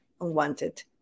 unwanted